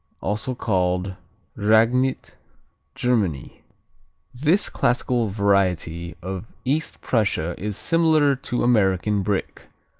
also called ragnit germany this classical variety of east prussia is similar to american brick.